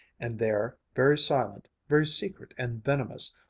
and there, very silent, very secret and venomous,